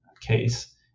case